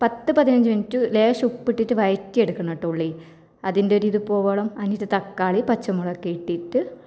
പത്ത് പതിനഞ്ച് മിനിറ്റ് ലേശം ഉപ്പിട്ടിട്ട് വയറ്റിയെടുക്കണം കേട്ടോ ഉള്ളി അതിൻ്റെ ഒരിത് പോകുവോളം അതിലൊരു തക്കാളി പച്ചമുളക് ഒക്കെ ഇട്ടിട്ട്